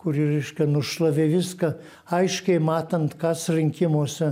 kuri reiškia nušlavė viską aiškiai matant kas rinkimuose